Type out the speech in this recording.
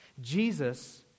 Jesus